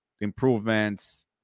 improvements